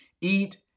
eat